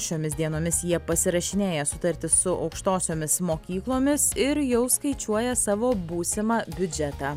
šiomis dienomis jie pasirašinėja sutartis su aukštosiomis mokyklomis ir jau skaičiuoja savo būsimą biudžetą